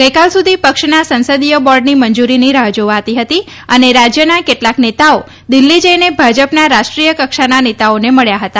ગઇકાલ સુધી પક્ષના સંસદીય બોર્ડની મંજૂરીની રાહ જાવાતી હતી અને રાજ્યના કેટલાંક નેતાઓ દિલ્ફી જઈને ભાજપના રાષ્ટ્રીય કક્ષાના નેતાઓને મળ્યા હતા